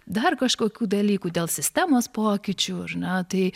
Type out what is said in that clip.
dar kažkokių dalykų dėl sistemos pokyčių ar ne tai